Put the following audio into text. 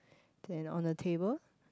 then on the table